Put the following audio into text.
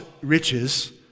riches